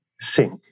sink